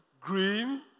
green